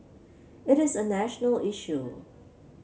it is a national issue